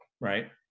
right